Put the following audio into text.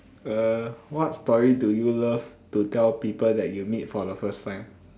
uh what story do you love to tell people that you meet for the first time